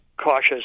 cautious